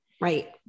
Right